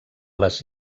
les